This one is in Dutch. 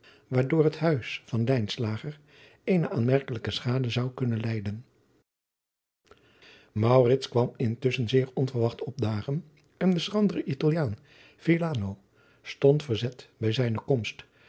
waardoor het huis van lijnslager eene aanmerkelijke schade zou kunnen lijden maurits kwam intusschen zeer onverwacht opdagen en de schrandere italiaan villano stond verzet bij zijne komst